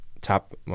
top